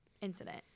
incident